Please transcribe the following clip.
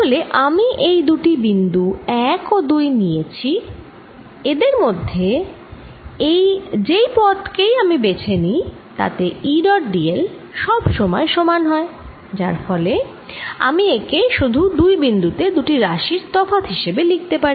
তাহলে আমি এই দুটি বিন্দু 1 ও 2 নিয়েছি এদের মাঝে যেই দুটি পথ কেই আমি বেছে নিই তাতে E ডট d l সব সময় সমান হয় যার ফলে আমি একে শুধু দুই বিন্দু তে দুটি রাশির তফাৎ হিসেবে লিখতে পারি